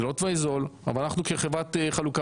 זה לא תוואי זול אבל אנחנו כחברת חלוקה